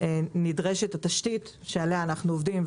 נדרשת התשתית שעליה אנחנו עובדים,